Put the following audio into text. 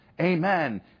amen